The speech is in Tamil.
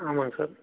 ஆமாங்க சார்